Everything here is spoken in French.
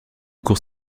court